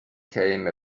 came